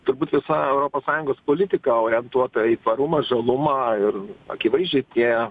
turbūt visa europos sąjungos politika orientuota į tvarumą žalumą ir akivaizdžiai tie